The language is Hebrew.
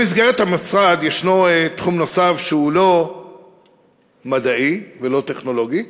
במסגרת המשרד ישנו תחום נוסף שהוא לא מדעי ולא טכנולוגי,